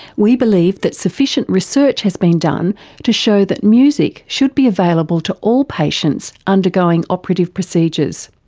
we believe that sufficient research has been done to show that music should be available to all patients undergoing operative procedures.